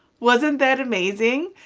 wasn't that amazing?